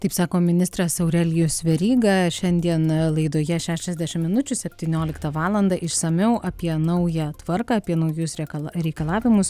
taip sako ministras aurelijus veryga šiandien laidoje šešiasdešimt minučių septynioliktą valandą išsamiau apie naują tvarką apie naujus rekala reikalavimus